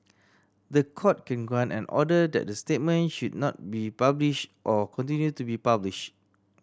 the Court can grant an order that the statement should not be published or continue to be published